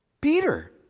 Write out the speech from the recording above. Peter